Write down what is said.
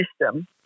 system